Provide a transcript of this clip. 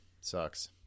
sucks